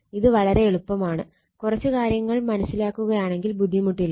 ഇത് വളരെ എളുപ്പമാണ് കുറച്ചു കാര്യങ്ങൾ മനസ്സിലാക്കുകയാണേൽ ബുദ്ധിമുട്ടില്ല